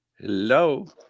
Hello